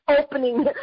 opening